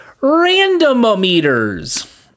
RANDOMOMETERS